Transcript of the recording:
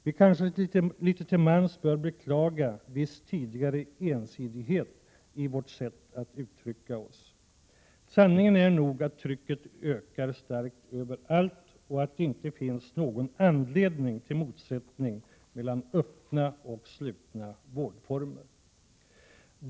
Vi bör nog litet till mans beklaga viss tidigare ensidighet i vårt ” sätt att uttrycka oss. Sanningen är nog den att trycket ökar starkt överallt och att det inte finns någon anledning till motsättning mellan öppna och slutna vårdformer.